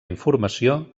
informació